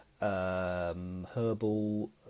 Herbal